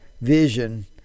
vision